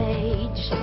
age